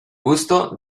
gusto